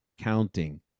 counting